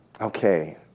Okay